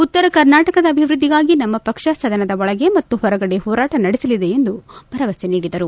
ಉತ್ತರ ಕರ್ನಾಟಕದ ಅಭಿವೃದ್ಧಿಗಾಗಿ ನಮ್ಮ ಪಕ್ಷ ಸದನದ ಒಳಗೆ ಮತ್ತು ಹೊರಗಡೆ ಹೋರಾಟ ನಡೆಸಲಿದೆ ಎಂದು ಭರವಸೆ ನೀಡಿದರು